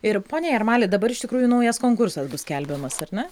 ir pone jarmali dabar iš tikrųjų naujas konkursas bus skelbiamas ar ne